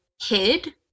hid